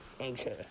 Okay